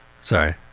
Sorry